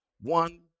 one